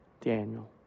daniel